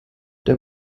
der